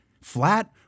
Flat